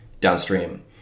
downstream